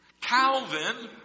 Calvin